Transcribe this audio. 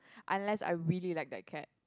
unless I really like that cat